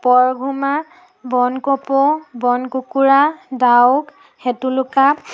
পৰঘুমা বন কপৌ বন কুকুৰা ডাউক শেতুলোকা